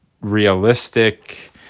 realistic